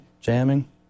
jamming